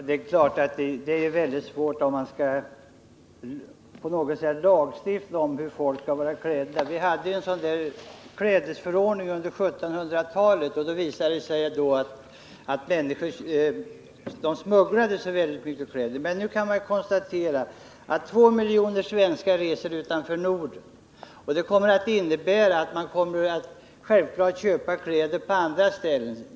Herr talman! Det är väldigt svårt att lagstifta om hur folk skall vara klädda. Vi hade en klädesförordning under 1700-talet, och då visade det sig att människor började smuggla in oerhört mycket kläder. Och nu kan vi konstatera att 2 miljoner svenskar reser utanför Norden. De skulle alltså självfallet köpa kläder på andra ställen.